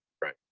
Right